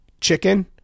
chicken